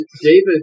David